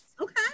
okay